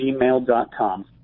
gmail.com